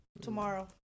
Tomorrow